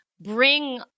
bring